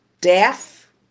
deaf